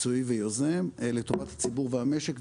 מקצועי ויוזם לטובת הציבור והמשק.